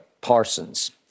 Parsons